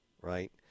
right